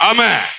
Amen